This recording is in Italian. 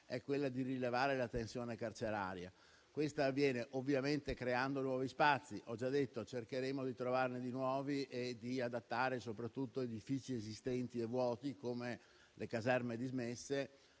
è quello di rilevare la tensione carceraria. Questo avviene ovviamente creando nuovi spazi. Ho già detto che cercheremo di trovarne di nuovi e soprattutto di adattare edifici esistenti e vuoti, come le caserme dismesse.